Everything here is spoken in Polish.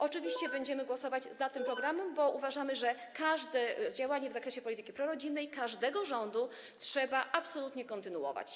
Oczywiście będziemy głosować za tym programem, bo uważamy, że każde działanie w zakresie polityki prorodzinnej każdego rządu trzeba absolutnie kontynuować.